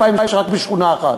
2,000 יש רק בשכונה אחת.